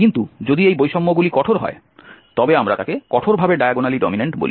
কিন্তু যদি এই বৈষম্যগুলি কঠোর হয় তবে আমরা তাকে কঠোরভাবে ডায়াগোনালি ডমিন্যান্ট বলি